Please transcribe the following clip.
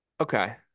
okay